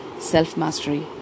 self-mastery